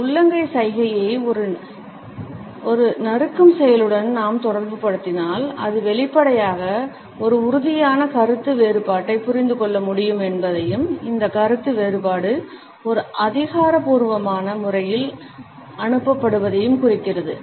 இந்த உள்ளங்கை சைகையை ஒரு நறுக்கும் செயலுடன் நாம் தொடர்புபடுத்தினால் அது வெளிப்படையாக ஒரு உறுதியான கருத்து வேறுபாட்டைப் புரிந்து கொள்ள முடியும் என்பதையும் இந்த கருத்து வேறுபாடு ஒரு அதிகாரபூர்வமான முறையில் அனுப்பப்படுவதையும் குறிக்கிறது